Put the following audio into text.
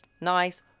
Nice